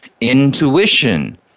intuition